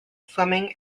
swimming